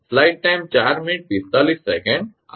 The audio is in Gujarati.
આગળ ઉદાહરણ 3 છે